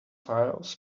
files